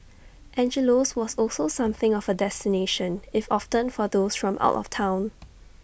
Angelo's was also something of A destination if often for those from out of Town